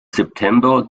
september